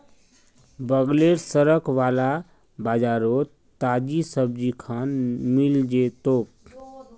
बगलेर सड़क वाला बाजारोत ताजी सब्जिखान मिल जै तोक